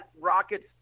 Rockets